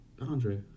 Andre